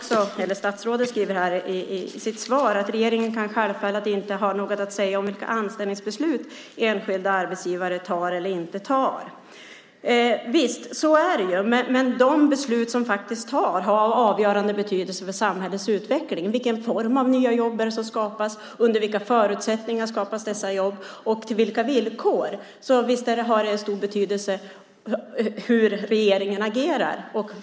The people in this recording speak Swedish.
Statsrådet skriver i sitt svar att regeringen självfallet inte kan ha något att säga om vilka anställningsbeslut enskilda arbetsgivare tar eller inte tar. Visst, så är det, men de beslut som faktiskt tas har avgörande betydelse för samhällets utveckling - vilken form av nya jobb som skapas och under vilka förutsättningar och villkor. Visst har det stor betydelse hur regeringen agerar.